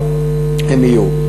הן יהיו.